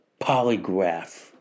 polygraph